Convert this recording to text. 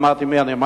לא אמרתי מי אני,